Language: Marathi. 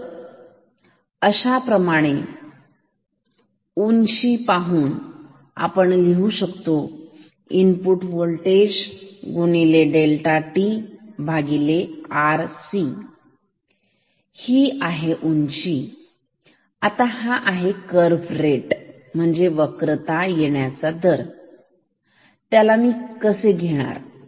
तर अशा प्रमाणे उंची आपण लिहू शकतो Vi ∆tRc ही आहे उंची आता हा आहे कर्व्ह रेट वक्रता येण्याचा दर त्याला मी कसे घेणार